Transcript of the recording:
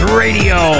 radio